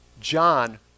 John